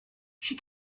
she